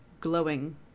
glowing